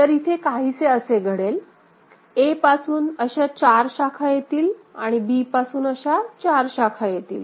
तर इथे काहीसे असे घडेल a पासून अशा चार शाखा येतील आणि b पासून अशा चार शाखा येतील